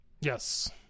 Yes